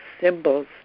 symbols